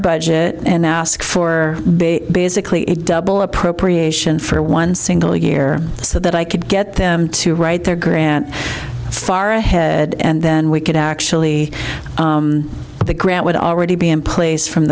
budget and ask for basically a double appropriation for one single year so that i could get them to write their grant far ahead and then we could actually get the grant would already be in place from